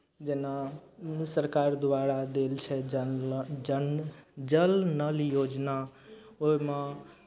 जेना सरकार द्वारा देल छै जन नल जन जल नल योजना ओहिमे